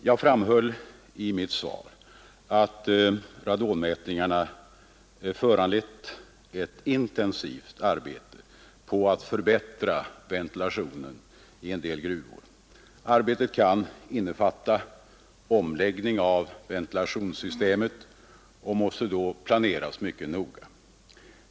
Jag framhöll i mitt svar att radonmätningarna föranlett ett intensivt arbete på att förbättra ventilationen i en del gruvor. Arbetet kan innefatta omläggning av ventilationssystemet och måste då planeras mycket noga.